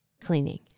cleaning